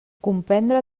comprendre